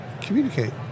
Communicate